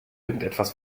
irgendwas